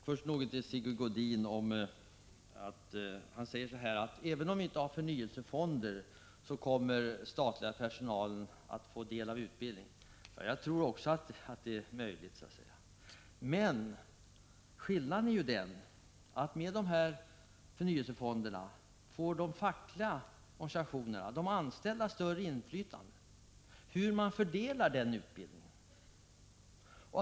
Herr talman! Först några ord till Sigge Godin, som säger att den statliga personalen kommer att få del av utbildning, även om vi inte har förnyelsefonder. Också jag tror att det är möjligt, men skillnaden är den att med förnyelsefonderna får de fackliga organisationerna, de anställda, större inflytande över hur man fördelar utbildningen.